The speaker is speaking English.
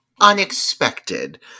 unexpected